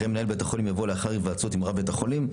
אחרי "מנהל בית חולים" יבוא "לאחר היוועצות עם רב בית החולים".